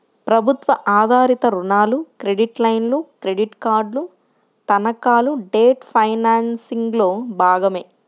ప్రభుత్వ ఆధారిత రుణాలు, క్రెడిట్ లైన్లు, క్రెడిట్ కార్డులు, తనఖాలు డెట్ ఫైనాన్సింగ్లో భాగమే